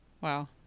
Wow